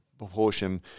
Proportion